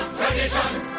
Tradition